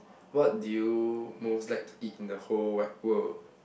what do you most like to eat in the whole wide world